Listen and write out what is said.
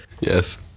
Yes